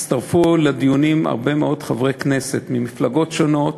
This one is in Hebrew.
הצטרפו לדיונים הרבה מאוד חברי כנסת ממפלגות שונות